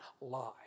lie